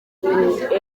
perezida